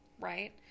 right